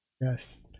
yes